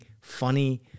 funny